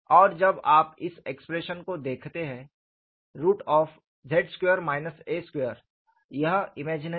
और जब आप इस एक्सप्रेशन को देखते हैं z2 a2 यह इमेजिनरी है